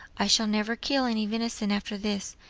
i shall never kill any venison after this,